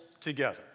together